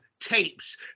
tapes